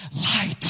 light